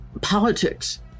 politics